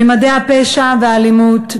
ממדי הפשע והאלימות,